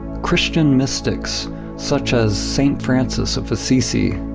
christian mystics such as saint francis of assisi,